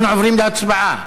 אנחנו עוברים להצבעה.